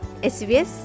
SBS